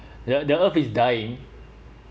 the the earth is dying